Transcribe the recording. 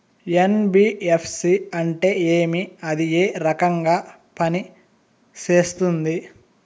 NBFC అంటే ఏమి అది ఏ రకంగా పనిసేస్తుంది